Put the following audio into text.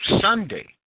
Sunday